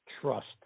trust